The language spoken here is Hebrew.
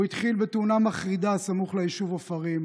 הוא התחיל בתאונה מחרידה סמוך ליישוב עופרים,